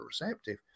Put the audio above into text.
receptive